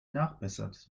nachbessert